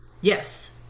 yes